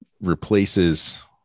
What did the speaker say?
replaces